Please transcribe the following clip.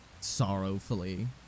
sorrowfully